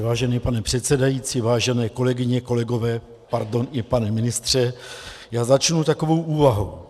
Vážený pane předsedající, vážené kolegyně, kolegové, pardon, i pane ministře, já začnu takovou úvahou.